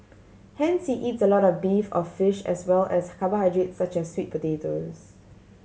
hence he eats a lot of beef or fish as well as carbohydrates such as sweet potatoes